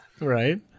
right